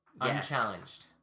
unchallenged